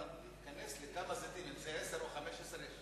אבל להיכנס לכמה זיתים, אם זה עשרה או 15 זיתים,